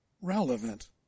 relevant